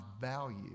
value